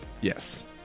Yes